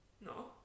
No